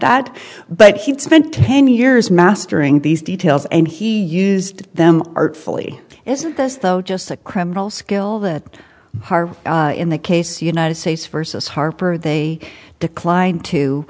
that but he spent ten years mastering these details and he used them artfully isn't this though just a criminal skill that in the case united states versus harper they declined to